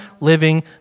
living